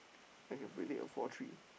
I can predict a four three